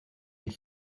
and